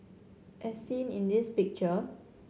as seen in this picture